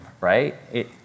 right